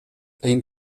één